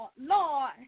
Lord